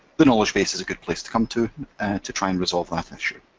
the knowledge base is a good place to come to to try and resolve that issue.